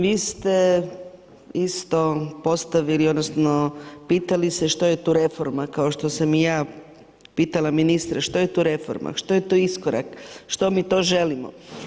Vi ste isto postavili, odnosno pitali se što je tu reforma, kao što sam i ja pitala ministra što je tu reforma, što je to iskorak, što mi to želimo?